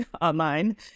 online